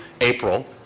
April